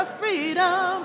freedom